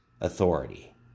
Authority